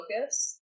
focus